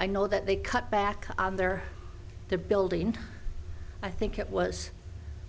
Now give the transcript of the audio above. i know that they cut back on there the building i think it was